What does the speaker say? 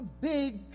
big